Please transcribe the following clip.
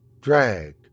Drag